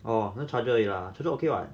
orh 那 charger 而已 lah charger okay [what]